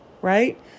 right